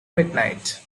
midnight